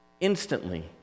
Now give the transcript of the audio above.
instantly